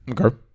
okay